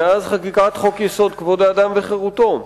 מאז חקיקת חוק-יסוד: כבוד האדם וחירותו.